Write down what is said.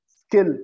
skill